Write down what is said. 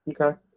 Okay